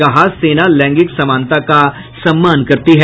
कहा सेना लैंगिक समानता का सम्मान करती है